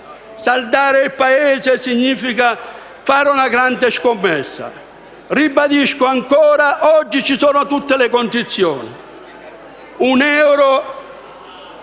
Saldare il Paese significa fare una grande scommessa. Ribadisco ancora: oggi ci sono tutte le condizioni. Un euro